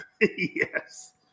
Yes